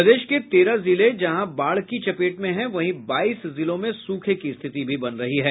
प्रदेश के तेरह जिले जहां बाढ़ की चपेट में हैं वहीं बाईस जिलों में सूखे की स्थिति बन रही है